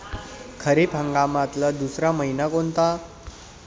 खरीप हंगामातला दुसरा मइना कोनता?